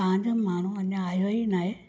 तव्हां जो माण्हू अञां आयो ई नाहे